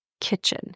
kitchen